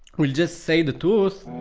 will just say the truth,